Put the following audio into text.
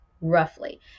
roughly